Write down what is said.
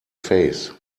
face